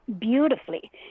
beautifully